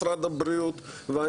אני